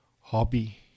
hobby